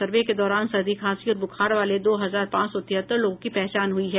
सर्वे के दौरान सर्दी खांसी और बुखार वाले दो हजार पांच सौ तिहत्तर लोगों की पहचान हुई है